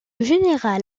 général